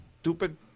stupid